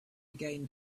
again